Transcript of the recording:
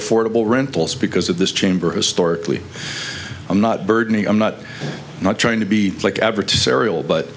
affordable rentals because of this chamber historically i'm not burdening i'm not not trying to be like average sariel but